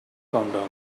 countdown